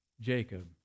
Jacob